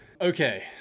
Okay